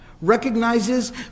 recognizes